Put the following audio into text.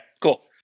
cool